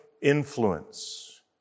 influence